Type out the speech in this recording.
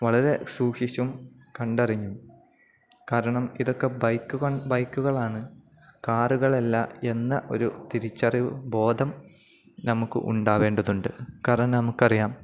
വളരെ സൂക്ഷിച്ചും കണ്ടറിഞ്ഞും കാരണം ഇതൊക്കെ ബൈക്ക് ബൈക്കുകളാണ് കാറുകളല്ല എന്ന ഒരു തിരിച്ചറിവ് ബോധം നമുക്ക് ഉണ്ടാവേണ്ടതുണ്ട് കാരണം നമുക്കറിയാം